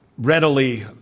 Readily